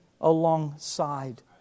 alongside